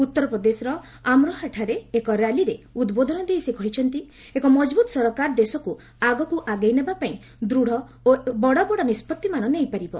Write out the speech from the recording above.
ଉତ୍ତରପ୍ରଦେଶର ଆମରୋହାଠାରେ ଏକ ର୍ୟାଲିରେ ଉଦ୍ବୋଧନ ଦେଇ ସେ କହିଛନ୍ତି ଏକ ମଜବୁତ ସରକାର ଦେଶକୁ ଆଗକୁ ଆଗେଇ ନେବା ପାଇଁ ଦୃଢ଼ ଓ ବଡ ବଡ ନିଷ୍ପଭିମାନ ନେଇପାରିବ